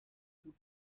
two